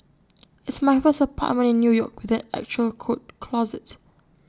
it's my first apartment in new york with an actual coat closet